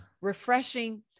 refreshing